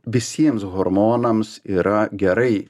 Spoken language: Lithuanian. visiems hormonams yra gerai